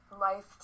Life